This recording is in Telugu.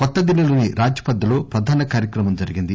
కొత్త డిల్జీలోని రాజ్ పథ్ లో ప్రధాన కార్యక్రమం జరిగింది